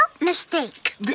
mistake